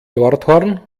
nordhorn